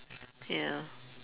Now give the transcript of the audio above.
ya